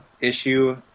issue